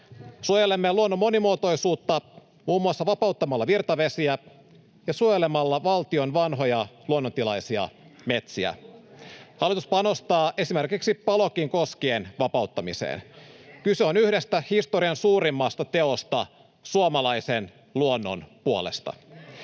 Suojelemme luonnon monimuotoisuutta muun muassa vapauttamalla virtavesiä ja suojelemalla valtion vanhoja luonnontilaisia metsiä. Hallitus panostaa esimerkiksi Palokin koskien vapauttamiseen. Kyse on yhdestä historian suurimmasta teosta suomalaisen luonnon puolesta.